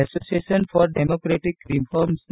association for Democratic Reforms A